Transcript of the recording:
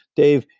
dave,